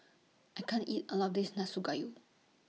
I can't eat All of This Nanakusa Gayu